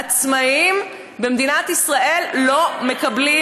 עצמאים במדינת ישראל לא מקבלים